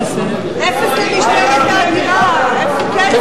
לסעיף 07, משרד הפנים (רשות